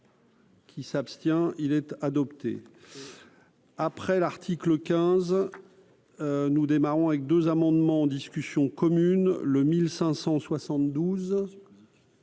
Qui s'abstient-il être adopté après l'article 15. Nous démarrons avec 2 amendements en discussion commune le 1500